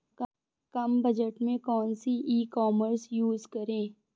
कम budget में कौन सी ई कॉमर्स यूज़ करें?